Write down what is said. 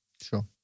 Sure